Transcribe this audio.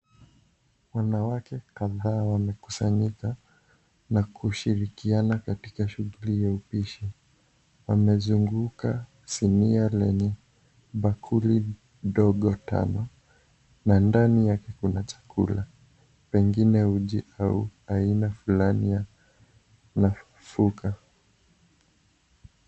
Wanawake kadhaa wamekusanyika na kushirikiana katika shughuli ya upishi wamezunguka sinia lenye bakuli ndogo tano na ndani yake kuna chakula pengine uji au aina fulani ya mafuka.